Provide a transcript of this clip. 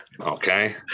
Okay